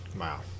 wow